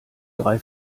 drei